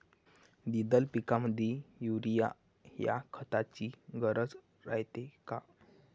द्विदल पिकामंदी युरीया या खताची गरज रायते का?